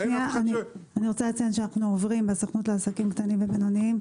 אני רוצה לציין שבסוכנות לעסקים קטנים ובינוניים